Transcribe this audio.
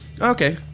Okay